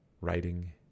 writing